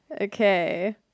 Okay